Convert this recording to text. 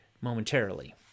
momentarily